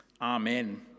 Amen